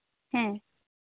ᱦᱮᱸ